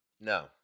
No